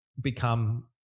become